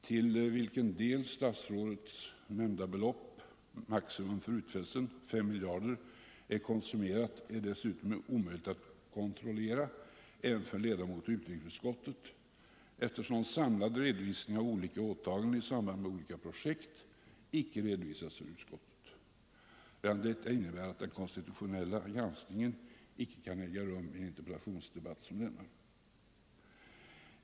Till vilken del det av statsrådet nämnda beloppet rörande maximum för utfästelsen — 5 miljarder - är konsumerat är dessutom omöjligt att kontrollera, även för en ledamot av utrikesutskottet, eftersom någon samlad redovisning av olika åtaganden i samband med olika projekt icke redovisats för utskottet. Redan detta innebär att den konstitutionella granskningen icke kan äga rum i en interpellationsdebatt som denna.